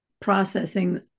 processing